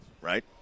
right